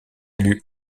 élu